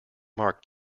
marked